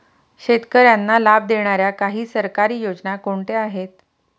शेतकऱ्यांना लाभ देणाऱ्या काही सरकारी योजना कोणत्या आहेत?